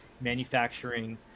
manufacturing